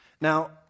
Now